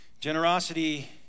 Generosity